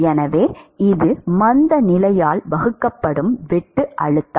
எனவே இது மந்தநிலையால் வகுக்கப்படும் வெட்டு அழுத்தம்